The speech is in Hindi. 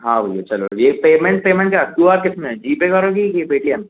हाँ भैया चलो ये पेमेंट पेमेंट क्या क्यू आर किस में जी पे करोगे कि पे टी एम